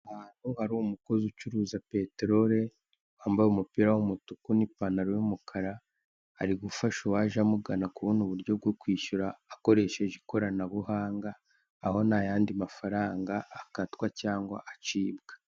Ahantu hari umukozi ucuza peterori, wambaye umupira w'umutuku n'ipantaro y'umukara ari gufasha uwaje amugana uburyo bwo kwishyura akoresheje ikoranabuhanga aho nta yandi mafaraga akatwa cyangwa acibwa.